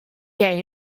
chess